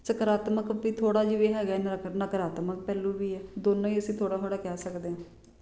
ਸਕਾਰਾਤਮਕ ਪਈ ਥੋੜ੍ਹਾ ਜਿਵੇਂ ਹੈਗਾ ਏ ਨਕਾਰਾਤਮਕ ਪਹਿਲੂ ਵੀ ਹੈ ਦੋਨੋਂ ਹੀ ਅਸੀਂ ਥੋੜ੍ਹਾ ਥੋੜ੍ਹਾ ਕਹਿ ਸਕਦੇ